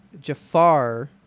Jafar